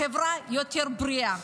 החברה יותר בריאה.